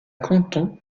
canton